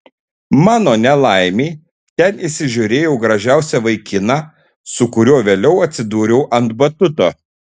mano nelaimei ten įsižiūrėjau gražiausią vaikiną su kuriuo vėliau atsidūriau ant batuto